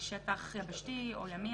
שטח יבשתי או ימי,